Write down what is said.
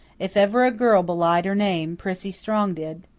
if ever a girl belied her name, prissy strong did.